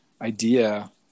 idea